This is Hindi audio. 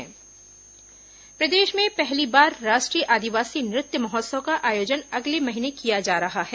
कवासी लखमा हरियाणा प्रदेश में पहली बार राष्ट्रीय आदिवासी नृत्य महोत्सव का आयोजन अगले महीने किया जा रहा है